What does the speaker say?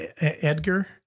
Edgar